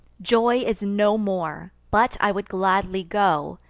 joy is no more but i would gladly go,